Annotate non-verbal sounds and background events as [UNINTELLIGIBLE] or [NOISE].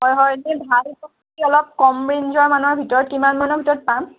হয় হয় এনেই ভাল [UNINTELLIGIBLE] অলপ কম ৰেইঞ্জৰ মানৰ ভিতৰত কিমানমানৰ ভিতৰত পাম